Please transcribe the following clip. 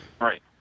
Right